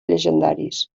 llegendaris